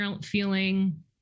feeling